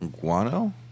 Guano